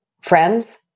Friends